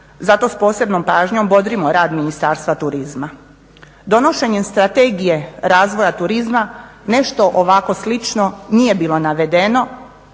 zato s posebnom pažnjom bodrimo rad Ministarstva turizma. Donošenjem strategije razvoja turizma nešto ovako slično nije bilo navedeno